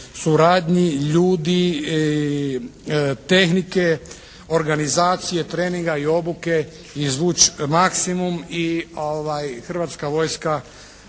suradnji ljudi, tehnike, organizacije, treninga i obuke izvući maksimum i Hrvatska vojska